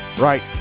right